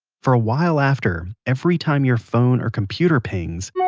for a while after, every time your phone or computer pings,